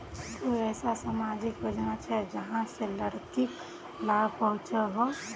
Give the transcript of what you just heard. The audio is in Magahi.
कोई ऐसा सामाजिक योजना छे जाहां से लड़किक लाभ पहुँचो हो?